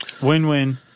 Win-win